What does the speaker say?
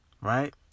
right